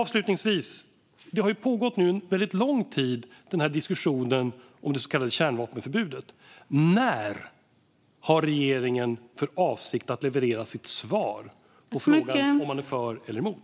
För det tredje: Diskussionen om det så kallade kärnvapenförbudet har pågått under lång tid. När har regeringen för avsikt att leverera sitt svar på frågan om man är för eller emot?